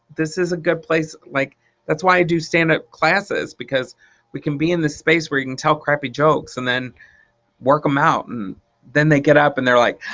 this is a good place like that's why i do stand-up classes because we can be in this space where you can tell crappy jokes and then work them out and and then they get up and they're like,